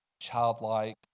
childlike